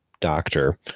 doctor